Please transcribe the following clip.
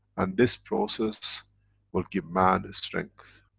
and this process will give man strength.